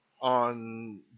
on